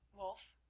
wulf,